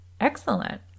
Excellent